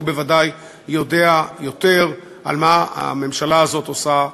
הוא בוודאי יודע יותר על מה שהממשלה הזאת עושה,